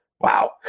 Wow